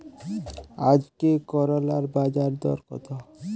আজকে করলার বাজারদর কত?